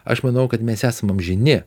aš manau kad mes esam amžini